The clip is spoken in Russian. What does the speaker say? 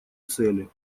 цели